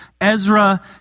Ezra